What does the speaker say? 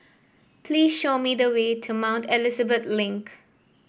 please show me the way to Mount Elizabeth Link